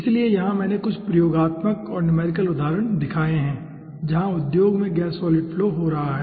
इसलिए यहां मैंने कुछ प्रयोगात्मक और न्यूमेरिकल उदाहरण दिखाए हैं जहां उद्योग में गैस सॉलिड फ्लो हो रहा है